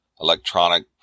electronic